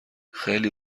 خیلی